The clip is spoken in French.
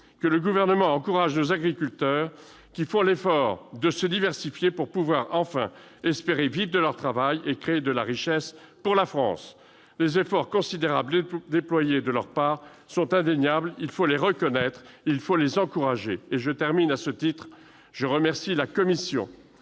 que le Gouvernement encourage nos agriculteurs qui font l'effort de se diversifier pour pouvoir enfin espérer vivre de leur travail et créer de la richesse pour la France ? Les efforts considérables déployés de leur part sont indéniables. Il faut les reconnaître et les encourager. À ce titre, je remercie la commission